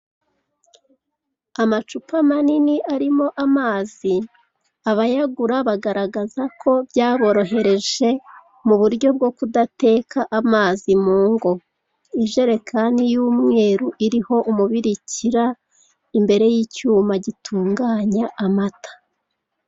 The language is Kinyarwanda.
Amacupa manini arimo amazi, abayagura bagaragaza ko byaborohereje mu buryo bwo kudateka amazi mu ngo. Ijerekani y'umweru iriho umubirikira imbere y'icyuma gitunganya amata.